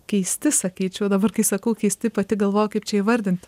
keisti sakyčiau dabar kai sakau keisti pati galvoju kaip čia įvardint